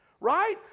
right